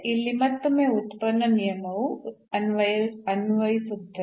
ಇಲ್ಲಿ ಮತ್ತೊಮ್ಮೆ ಉತ್ಪನ್ನ ನಿಯಮವು ಅನ್ವಯಿಸುತ್ತದೆ